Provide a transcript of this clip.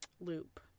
loop